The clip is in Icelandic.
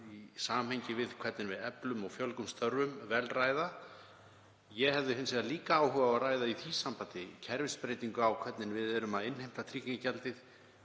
í samhengi við það hvernig við eflum og fjölgum störfum, það má vel ræða. Ég hefði hins vegar líka áhuga á að ræða í því sambandi kerfisbreytingu á því hvernig við innheimtum tryggingagjaldið,